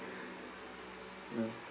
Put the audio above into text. ya